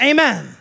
Amen